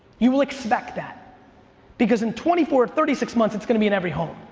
you will expect that because in twenty four, thirty six months it's gonna be in every home.